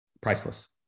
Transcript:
priceless